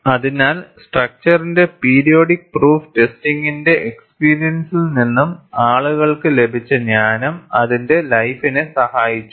അതിനാൽ സ്ട്രസിന്റെ periodic proof ടെസ്റ്റിംഗിനെ എക്സ് പീരിയൻസിൽ നിന്ന് ആളുകൾക്ക് ലഭിച്ച ജ്ഞാനം അതിന്റെ ലൈഫിനെ സഹായിച്ചു